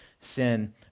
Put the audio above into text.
sin